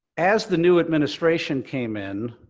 as the new administration came in,